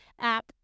app